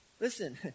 listen